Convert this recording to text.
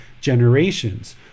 generations